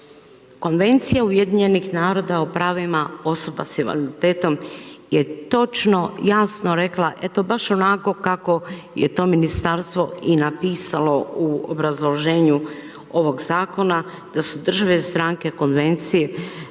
Konvencija UN-a o pravima osoba s invaliditetom je točno, jasno rekla, eto baš onako kako je to ministarstvo i napisalo u obrazloženju ovog zakona, da su države stranke konvencije